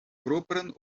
propran